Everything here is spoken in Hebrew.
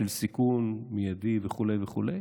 של סיכון מיידי וכו' וכו',